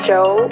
Joe